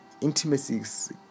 intimacies